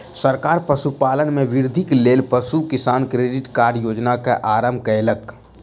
सरकार पशुपालन में वृद्धिक लेल पशु किसान क्रेडिट कार्ड योजना के आरम्भ कयलक